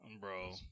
Bro